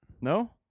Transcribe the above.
No